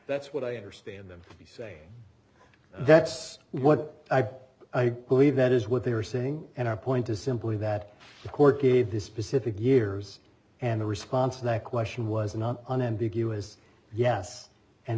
that's what i understand them to say that's what i believe that is what they are saying and our point is simply that the court gave this specific years and the response to that question was not unambiguous yes and